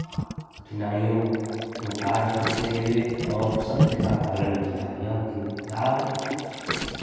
कठिनाइयों को पार करते हुए और सत्य का पालन किया यह किताब